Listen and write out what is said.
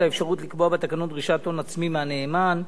האפשרות לקבוע בתקנות דרישת הון עצמי מהנאמן,